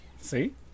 See